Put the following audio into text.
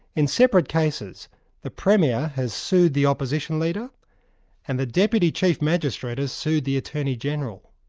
in separate cases the premier has sued the opposition leader and the deputy chief magistrate has sued the attorney-general.